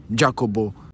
Jacobo